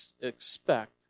expect